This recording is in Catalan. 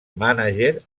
mànager